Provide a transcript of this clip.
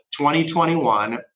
2021